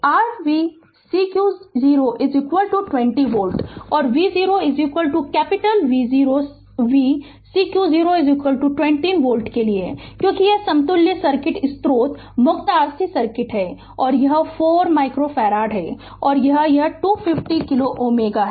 Refer Slide Time 2906 तो इसीलिए वह rv cq 0 20 वोल्ट और v0 capital v0 v cq 0 20 volt के लिए क्योंकि यह समतुल्य सर्किट स्रोत मुक्त RC सर्किट है और यह 4 माइक्रो फैराड है और यह 2 50 किलो Ω है